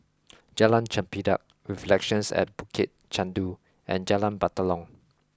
Jalan Chempedak Reflections at Bukit Chandu and Jalan Batalong